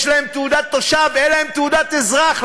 יש להם תעודת תושב, אין להם תעודת אזרח.